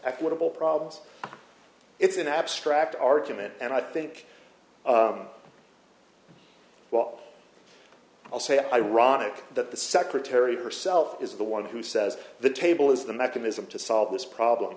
equitable problems it's an abstract argument and i think well i'll say ironic that the secretary herself is the one who says the table is the mechanism to solve this problem